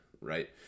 right